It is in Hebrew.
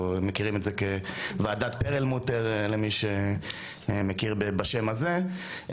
מכירים את זה כוועדת פרלמוטר למי שמכיר בשם הזה,